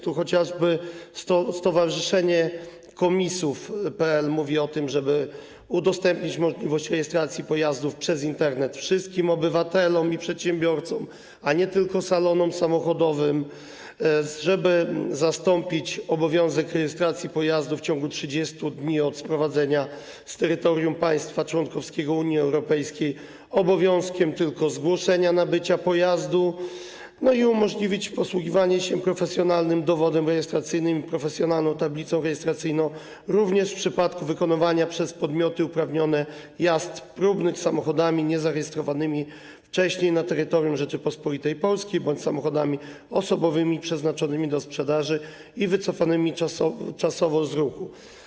Tu chociażby StowarzyszenieKomisów.pl mówi o tym, żeby udostępnić możliwość rejestracji pojazdów przez Internet wszystkim obywatelom i przedsiębiorcom, a nie tylko salonom samochodowym, żeby zastąpić obowiązek rejestracji pojazdu w ciągu 30 dni od sprowadzenia z terytorium państwa członkowskiego Unii Europejskiej obowiązkiem tylko zgłoszenia nabycia pojazdu i umożliwić posługiwanie się profesjonalnym dowodem rejestracyjnym i profesjonalną tablicą rejestracyjną również w przypadku wykonywania przez podmioty uprawnione jazd próbnych samochodami niezarejestrowanymi wcześniej na terytorium Rzeczypospolitej Polskiej bądź samochodami osobowymi przeznaczonymi do sprzedaży i wycofanymi czasowo z ruchu.